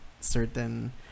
certain